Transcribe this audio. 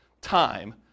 time